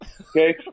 Okay